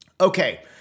Okay